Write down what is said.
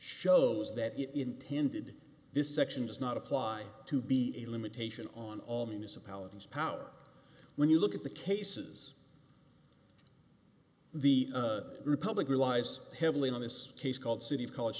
shows that you intended this section does not apply to be a limitation on all municipalities power when you look at the cases the republic relies heavily on this case called city of college